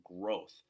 growth